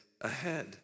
ahead